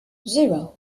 zero